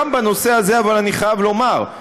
גם בנושא הזה, אני חייב לומר,